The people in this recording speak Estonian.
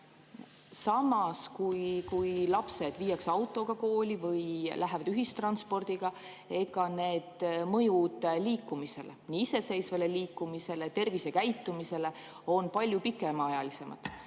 Samas, kui lapsed viiakse autoga kooli või kui nad lähevad ühistranspordiga, siis selle mõju liikumisele – nii iseseisvale liikumisele kui ka tervisekäitumisele – on palju pikemaajalisemad.